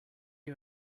you